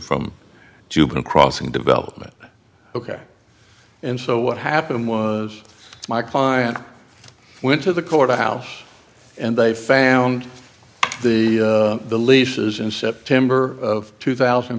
from jupiter crossing development ok and so what happened was my client went to the courthouse and they found the the leases in september of two thousand